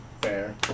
Fair